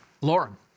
Lauren